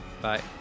Bye